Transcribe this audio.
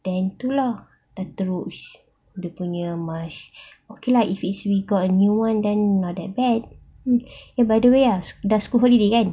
then tu lah dah teruk dia punya mask okay lah if it's we got a new one then not that bad ya by the way ah dah school holiday kan